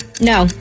No